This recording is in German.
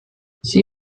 sie